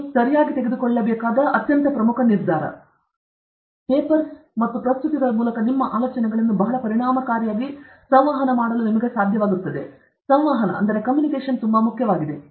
ನೀವು ಪೇಪರ್ಸ್ ಮತ್ತು ಪ್ರಸ್ತುತಿಗಳ ಮೂಲಕ ನಿಮ್ಮ ಆಲೋಚನೆಗಳನ್ನು ಬಹಳ ಪರಿಣಾಮಕಾರಿಯಾಗಿ ಸಂವಹನ ಮಾಡಲು ನಿಮಗೆ ಸಾಧ್ಯವಾಗುತ್ತದೆ ಸಂವಹನ ತುಂಬಾ ಮುಖ್ಯವಾಗಿದೆ